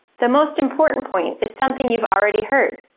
the most important point is something you've already heard